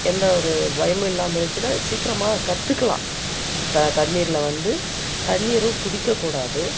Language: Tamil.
எந்த ஒரு பயமும் இல்லாமல் இருந்துச்சுன்னா சீக்கிரமாக கற்றுக்கலாம் த தண்ணீரில் வந்து தண்ணீரும் குடிக்கக்கூடாது